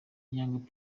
young